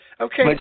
Okay